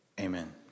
Amen